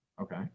Okay